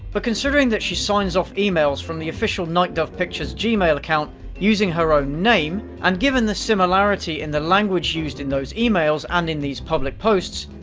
but considering that she signs off emails from the official night dove pictures gmail account using her own name, and given the similarity in the language used in those emails and in these public posts,